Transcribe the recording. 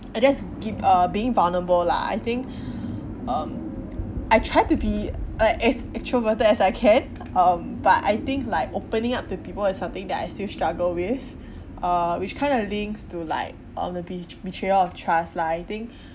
I just give uh being vulnerable lah I think um I try to be uh as extroverted as I can um but I think like opening to people is something that I still struggle with uh which kind a links to like um the be betrayal of trust lah I think